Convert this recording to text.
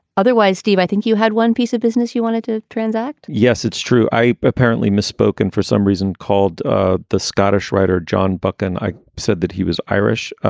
otherwise, steve, i think you had one piece of business you wanted to transact yes, it's true. i apparently misspoken for some reason, called ah the scottish writer john buck. and i said that he was irish.